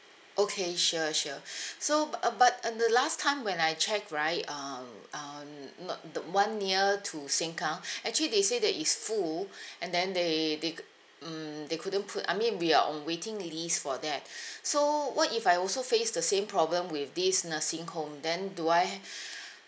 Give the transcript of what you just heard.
okay sure sure so b~ uh but um the last time when I checked right um um not the one near to sengkang actually they say that is full and then they they c~ mm they couldn't put I mean we are on waiting list for that so what if I also face the same problem with this nursing home then do I